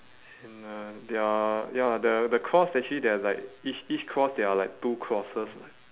and the their ya the the cross actually there are like each each cross there are like two crosses